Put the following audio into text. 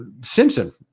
Simpson